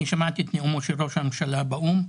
אני שמעתי את נאומו של ראש הממשלה באו"ם.